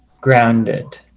grounded